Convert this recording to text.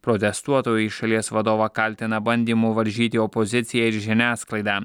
protestuotojai šalies vadovą kaltina bandymu varžyti opoziciją ir žiniasklaidą